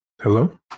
Hello